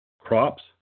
crops